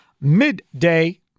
Midday